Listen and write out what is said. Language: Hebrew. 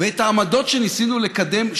ואת העמדות שניסינו לקדם,